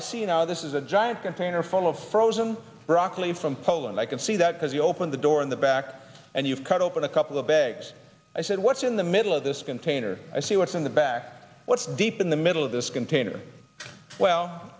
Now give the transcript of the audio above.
know this is a giant container full of frozen broccoli from poland i can see that because you open the door in the back and you cut open a couple of bags i said what's in the middle of this container i see what's in the back what's deep in the middle of this container well